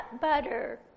butter